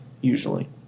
usually